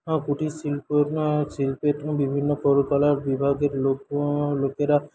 কুটিরশিল্প শিল্পের বিভিন্ন কারুকলার বিভাগের লোকেরা